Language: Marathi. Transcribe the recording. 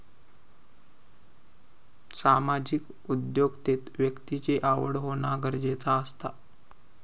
सामाजिक उद्योगिकतेत व्यक्तिची आवड होना गरजेचा असता